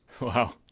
Wow